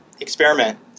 experiment